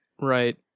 right